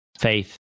Faith